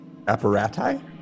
apparati